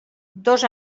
dos